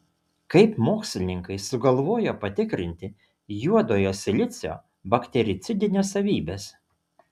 kaip mokslininkai sugalvojo patikrinti juodojo silicio baktericidines savybes